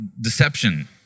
Deception